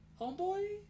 Homeboy